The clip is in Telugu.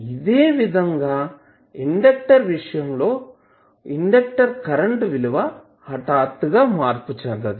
అదేవిధంగా ఇండక్టర్ విషయంలో లో ఇండక్టర్ కరెంట్ విలువ హఠాత్తుగా మార్పు చెందదు